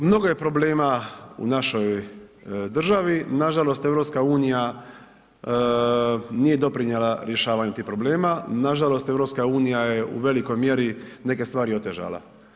Dakle, mnogo je problema u našoj državi, nažalost EU-a nije doprinijela rješavanju tih problema, nažalost EU je u velikoj mjeri neke stvari otežala.